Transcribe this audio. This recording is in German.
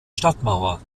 stadtmauer